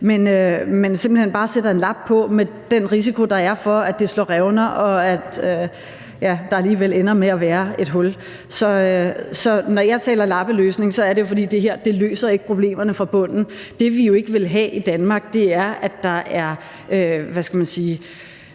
hen bare sætter en lap på med den risiko, der er for, at det slår revner, og at der alligevel ender med at være et hul. Så når jeg taler lappeløsning, er det jo, fordi det her ikke løser problemerne fra bunden. Det, vi jo ikke vil have i Danmark, er, at der er – hvad skal man sige